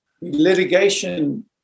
litigation